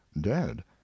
dead